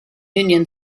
union